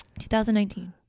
2019